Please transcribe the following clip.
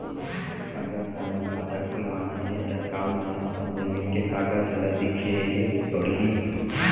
अगर मोला खाता खुलवाना हे त का मोला अपन जमीन के कागज ला दिखएल पढही?